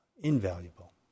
invaluable